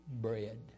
bread